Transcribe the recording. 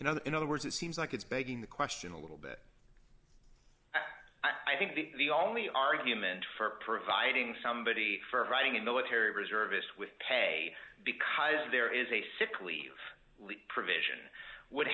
other in other words it seems like it's begging the question a little bit i think the only argument for providing somebody for writing a military reservist with pay because there is a sick leave provision would